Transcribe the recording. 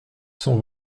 cent